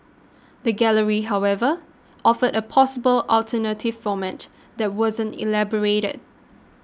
the gallery however offered a possible alternative format that wasn't elaborated